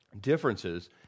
differences